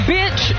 Bitch